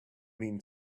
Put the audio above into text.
mean